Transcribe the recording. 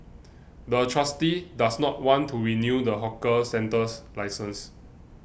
the trustee does not want to renew the hawker centre's license